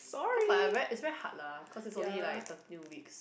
cause like a very is very hard lah cause is only like thirteen weeks